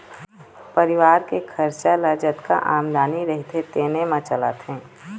परिवार के खरचा ल जतका आमदनी रहिथे तेने म चलाथे